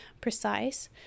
precise